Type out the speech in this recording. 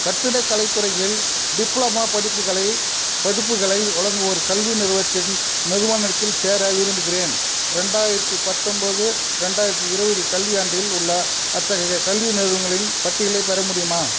கட்டிடக்கலைத் துறையில் டிப்ளமா படிப்புகளை படிப்புகளை வழங்கும் ஒரு கல்வி நிறுவனத்தில் நிறுவனத்தில் சேர விரும்புகிறேன் ரெண்டாயிரத்து பத்தொம்போது ரெண்டாயிரத்து இருபது கல்வியாண்டில் உள்ள அத்தகைய கல்வி நிறுவனங்களின் பட்டியலைப் பெற முடியுமா